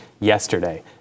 Yesterday